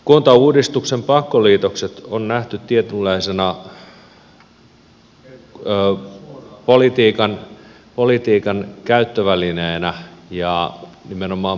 kuntauudistuksen pakkoliitokset on nähty tietynlaisena politiikan käyttövälineenä ja nimenomaan puoluepolitiikan